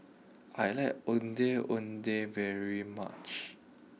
I like Ondeh Ondeh very much